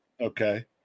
okay